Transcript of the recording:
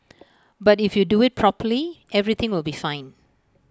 but if you do IT properly everything will be fine